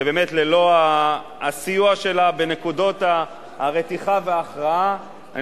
שבאמת ללא הסיוע שלה בנקודות הרתיחה וההכרעה אני